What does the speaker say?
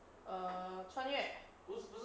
err 穿越